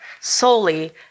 solely